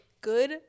good